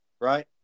Right